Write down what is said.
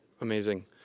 Amazing